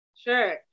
sure